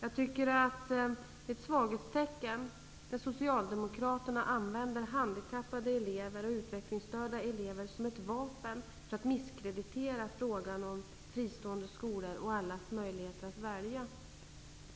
Det visar på ett svaghetstecken att Socialdemokraterna använder handikappade och utvecklingsstörda elever som ett vapen för att misskreditera frågan om fristående skolor och allas möjligheter att välja.